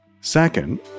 Second